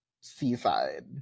seaside